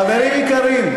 חברים יקרים.